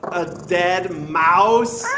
a dead mouse?